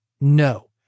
No